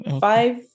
five